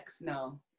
no